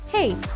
Hey